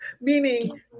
meaning